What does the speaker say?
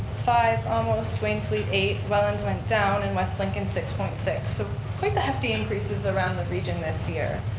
five almost, wainfleet eight, welland went down and west lincoln six point six so quite the hefty increases around the region this year.